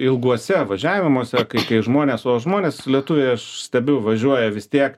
ilguose važiavimuose kai kai žmonės o žmonės lietuviai aš stebiu važiuoja vis tiek